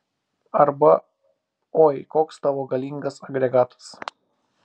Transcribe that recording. arba oi koks tavo galingas agregatas